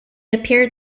appears